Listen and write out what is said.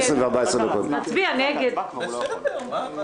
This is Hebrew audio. (הישיבה נפסקה בשעה 11:09 ונתחדשה בשעה 11:16.)